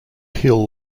hill